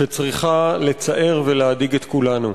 שצריכה לצער ולהדאיג את כולנו.